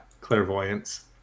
clairvoyance